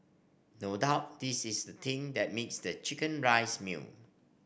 no doubt this is thing that makes the chicken rice meal